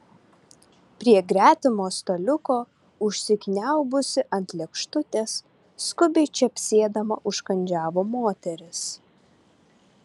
prie gretimo staliuko užsikniaubusi ant lėkštutės skubiai čepsėdama užkandžiavo moteris